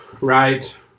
right